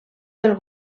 del